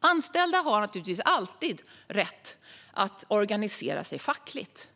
Anställda har naturligtvis alltid rätt att organisera sig fackligt.